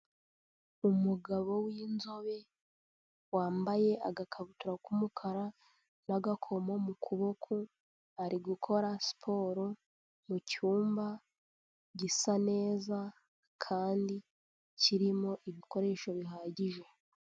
Umugabo w'inzobe wambaye agakabutura k'umukara n'agakomo mu kuboko ari gukora siporo mu cyumba gisa neza kandi kirimo ibikoresho bihagije.